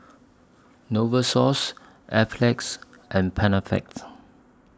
Novosource Enzyplex and Panaflex